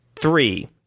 Three